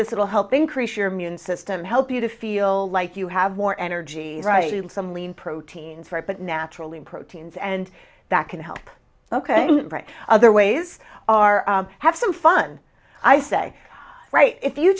this it will help increase your immune system help you to feel like you have more energy right and some lean proteins right but naturally proteins and that can help ok other ways are have some fun i say right if you